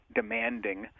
demanding